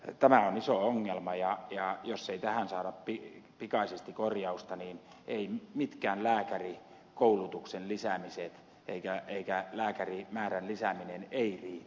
tämä on iso ongelma ja jos ei tähän saada pikaisesti korjausta niin eivät mitkään lääkärikoulutuksen lisäämiset eivätkä lääkärimäärän lisäämiset riitä